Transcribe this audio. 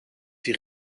die